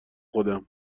خودم